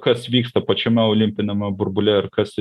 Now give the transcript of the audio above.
kas vyksta pačiame olimpiniame burbule ir kas